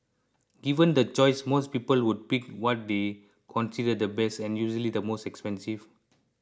given the choice most people would pick what they consider the best and usually the most expensive